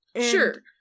Sure